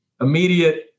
immediate –